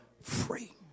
free